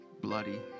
bloody